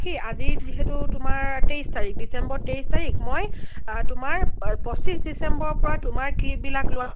আজি যিহেতু তোমাৰ তেইছ তাৰিখ ডিচেম্বৰ তেইছ তাৰিখ মই তোমাৰ পঁচিছ ডিচেম্বৰ পৰা তোমাৰ ক্লিপবিলাক লৈ